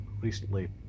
recently